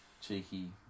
cheeky